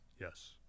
Yes